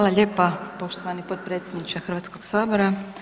lijepa poštovani potpredsjedniče Hrvatskog sabora.